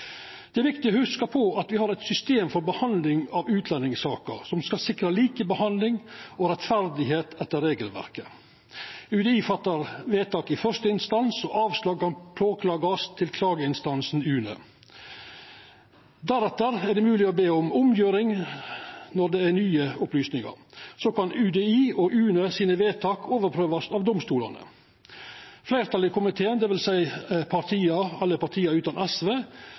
Det er viktig å hugsa på at me har eit system for behandling av utlendingssaker som skal sikra likebehandling og rettferd etter regelverket. UDI fattar vedtak i første instans, og avslag kan klagast på til klageinstansen UNE. Deretter er det mogeleg å be om omgjering når det er nye opplysningar, så kan vedtaka frå UDI og UNE overprøvast av domstolane. Fleirtalet i komiteen, dvs. alle partia utan SV,